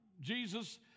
Jesus